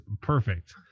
perfect